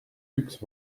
üks